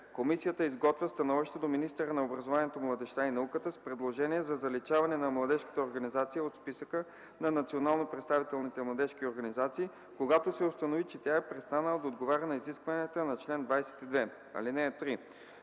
Комисията изготвя становище до министъра на образованието, младежта и науката с предложение за заличаване на младежката организация от списъка на национално представителните младежки организации, когато се установи, че тя е престанала да отговаря на изискванията на чл. 22. (3)